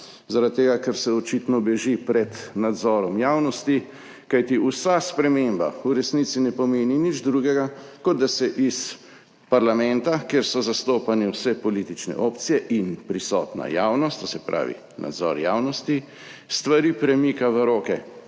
zaradi tega ker se očitno beži pred nadzorom javnosti. Kajti vsa sprememba v resnici ne pomeni nič drugega, kot da se iz parlamenta, kjer so zastopane vse politične opcije in prisotna javnost, to se pravi nadzor javnosti, stvari premika v roke